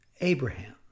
Abraham